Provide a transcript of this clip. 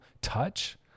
touch